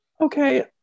Okay